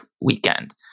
weekend